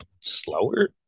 slower